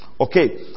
Okay